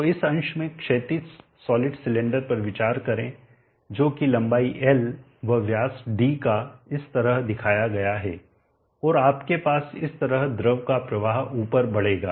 तो इस अंश में क्षैतिज सॉलिड सिलेंडर पर विचार करें जो कि लंबाई l व व्यास d का इस तरह दिखाया गया है और आपके पास इस तरह द्रव का प्रवाह ऊपर बढ़ेगा